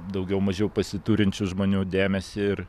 daugiau mažiau pasiturinčių žmonių dėmesį ir